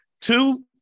Two